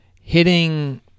hitting